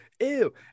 ew